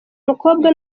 mukobwa